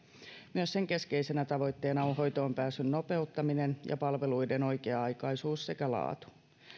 myös sen keskeisenä tavoitteena on hoitoonpääsyn nopeuttaminen ja palveluiden oikea aikaisuus sekä laatu